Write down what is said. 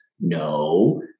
No